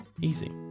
Easy